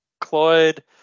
Cloyd